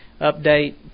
update